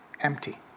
empty